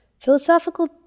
Philosophical